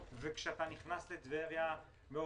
אני חייב קודם כול להגיד מילה טובה על מוני